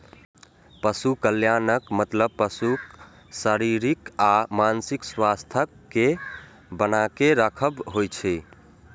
पशु कल्याणक मतलब पशुक शारीरिक आ मानसिक स्वास्थ्यक कें बनाके राखब होइ छै